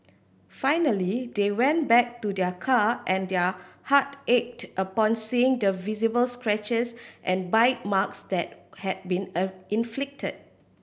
finally they went back to their car and their heart ached upon seeing the visible scratches and bite marks that had been a inflicted